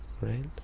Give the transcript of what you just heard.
right